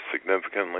significantly